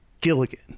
gilligan